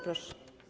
Proszę.